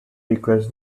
declares